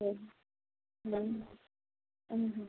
ಹ್ಞೂ ನಮ್ಮ ಹ್ಞೂ ಹ್ಞೂ